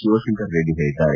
ಶಿವಶಂಕರರೆಡ್ಡಿ ಹೇಳದ್ದಾರೆ